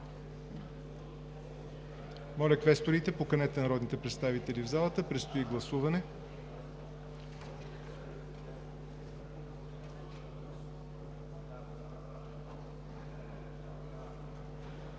Моля, квесторите, поканете народните представители в залата, предстои гласуване.